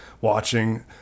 watching